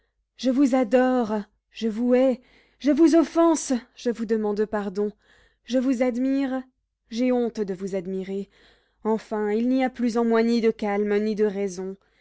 je vous adore je vous hais je vous offense je vous demande pardon je vous admire j'ai honte de vous admirer enfin il n'y a plus en moi ni de calme ni de raison